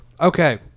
Okay